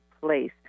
place